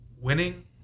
winning